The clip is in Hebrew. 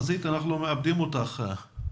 אנחנו מאבדים את הקשר